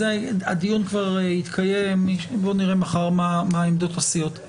הדיון כבר התקיים ונראה מחר מה עמדות הסיעות.